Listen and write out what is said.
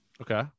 Okay